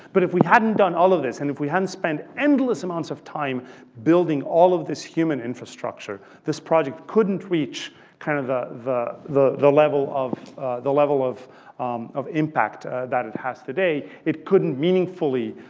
but if we hadn't done all of this and if we hadn't spent endless amounts of time building all of this human infrastructure, this project couldn't reach kind of ah the the level of the level of of impact that it has today. it couldn't, meaningfully,